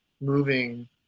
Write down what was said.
moving